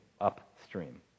upstream